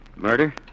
Murder